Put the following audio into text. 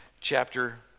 chapter